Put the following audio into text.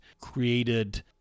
created